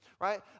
right